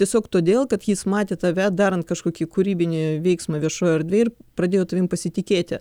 tiesiog todėl kad jis matė tave darant kažkokį kūrybinį veiksmą viešoj erdvėj ir pradėjo tavim pasitikėti